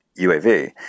uav